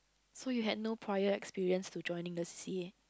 so you had no prior experience to join in the c_c_a